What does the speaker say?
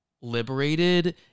liberated